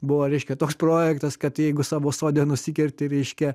buvo reiškia toks projektas kad jeigu savo sode nusikerti reiškia